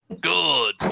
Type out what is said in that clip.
Good